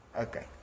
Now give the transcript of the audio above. okay